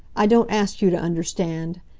i don't ask you to understand.